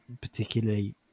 particularly